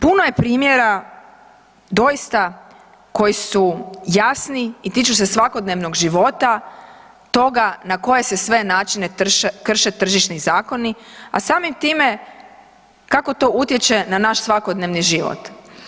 Puno je primjera doista koji su jasni i tiču se svakodnevnog života toga na koje se sve načine krše tržišni zakoni a samim time kako to utječe na naš svakodnevni život.